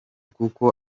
kuko